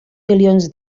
milions